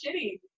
shitty